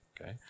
okay